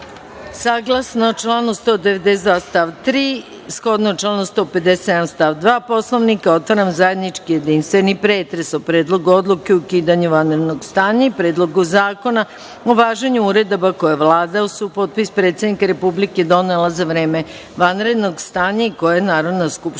članu 192. stav 3, shodno članu 157. stav 2. Poslovnika Narodne skupštine, otvaram zajednički jedinstveni pretres o Predlogu odluke o ukidanju vanrednog stanja i Predlogu zakona o važenju uredaba koje je Vlada uz supotpis predsednika Republike donela za vreme vanrednog stanja i koje je Narodna skupština